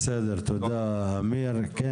בסדר, תודה אמיר.